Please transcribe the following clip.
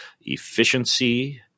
efficiency